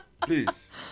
Please